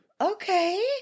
Okay